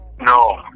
No